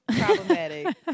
problematic